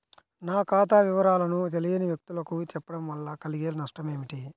నా ఖాతా వివరాలను తెలియని వ్యక్తులకు చెప్పడం వల్ల కలిగే నష్టమేంటి?